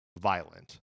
violent